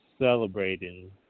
celebrating